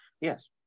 Yes